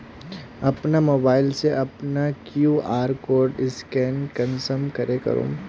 अपना मोबाईल से अपना कियु.आर कोड स्कैन कुंसम करे करूम?